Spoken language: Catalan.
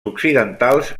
occidentals